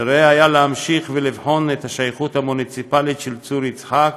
נראה היה נכון להמשיך לבחון את השייכות המוניציפלית של צור יצחק,